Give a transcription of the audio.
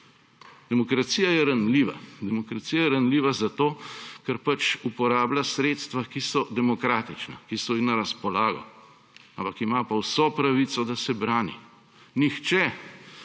Demokracija je ranljiva, demokracija je ranljiva zato, ker uporablja sredstva, ki so demokratična, ki so ji na razpolago, ampak ima pa vso pravico, da se brani. Nihče